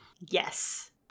Yes